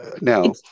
now